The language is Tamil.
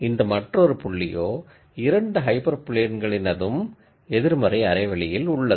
இந்த மற்றொரு பாயின்ட் இரண்டு ஹைப்பர் பிளேன்களினதும் நெகடிவ் ஹாஃப் ஸ்பேஸில் உள்ளது